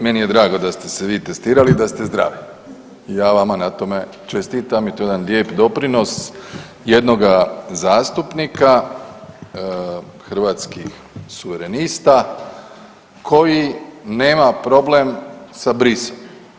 Meni je drago da ste se vi testirali i da ste zdravi i ja vama na tome čestitam i to je jedan lijep doprinos jednoga zastupnika Hrvatskih suverenista koji nema problem sa brisom.